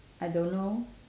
I don't know